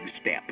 step